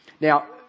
Now